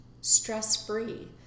stress-free